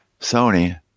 Sony